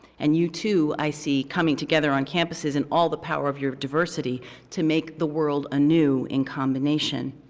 and, you too, i see coming together on campuses and all the power of your diversity to make the world a new in-combination.